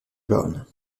brown